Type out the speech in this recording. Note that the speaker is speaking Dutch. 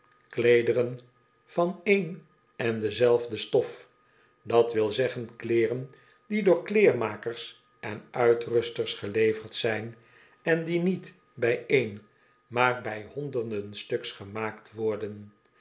van een en dezelfde stof dat wil zeggen kleeren die door kleermakers en uitrusters geleverd zijn en die niet bij één maar bij honderden stuks gemaakt worden